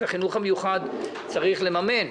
את החינוך המיוחד צריך לממן.